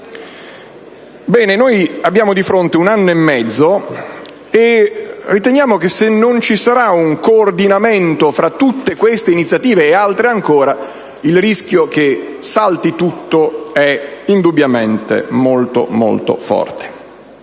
Ebbene, abbiamo di fronte un anno e mezzo di tempo, ma se non vi sarà un coordinamento tra tutte queste iniziative ed altre ancora, il rischio che salti tutto è sicuramente molto forte.